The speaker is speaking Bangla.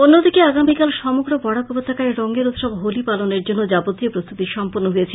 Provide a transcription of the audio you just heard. অন্যদিকে আগামীকাল সমগ্র বরাক উপত্যকায় রংএর উৎসব হোলি পালনের জন্য যাবতীয় প্রস্তুতি সম্পন্ন হয়েছে